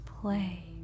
play